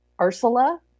Ursula